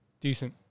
Decent